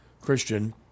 Christian